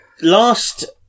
last